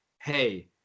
hey